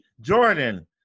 Jordan